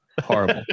Horrible